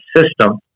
system